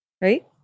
right